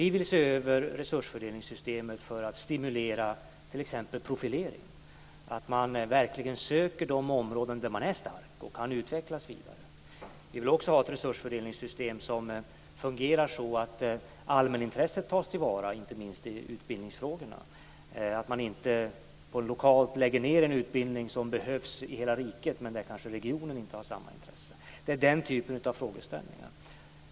Vi vill se över resursfördelningssystemet för att stimulera t.ex. profilering, att man verkligen söker de områden där man är stark och kan utvecklas vidare. Vi vill också ha ett resursfördelningssystem som fungerar så att allmänintresset tas till vara, inte minst i utbildningsfrågorna, så att man inte lokalt lägger ned en utbildning som behövs i hela riket där kanske regionen inte har samma intresse. Det är den typen av frågeställningar det gäller.